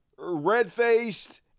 red-faced